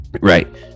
right